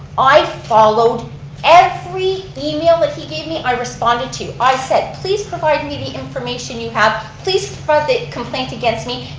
i followed every email but he gave me, i responded to. i said please provide me the information you have, please provide the complaint against me,